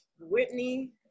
Whitney